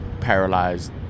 paralyzed